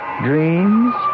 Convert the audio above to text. dreams